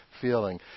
feeling